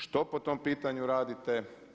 Što po tom pitanju radite?